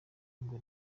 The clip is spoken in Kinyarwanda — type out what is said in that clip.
ngo